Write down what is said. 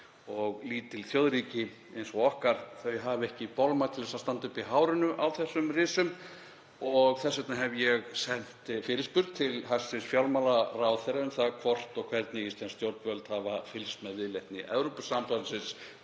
og lítil þjóðríki eins og okkar hafa ekki bolmagn til að standa uppi í hárinu á þessum risum. Þess vegna hef ég sent fyrirspurn til hæstv. fjármálaráðherra um það hvort og hvernig íslensk stjórnvöld hafi fylgst með viðleitni Evrópusambandsins